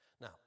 Now